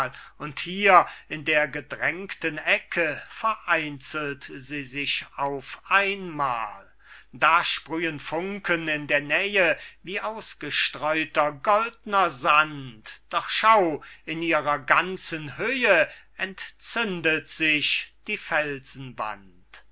und hier in der gedrängten ecke vereinzelt sie sich auf einmal da sprühen funken in der nähe wie ausgestreuter goldner sand doch schau in ihrer ganzen höhe entzündet sich die